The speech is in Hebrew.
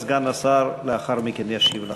וסגן השר לאחר מכן ישיב לך.